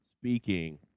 speaking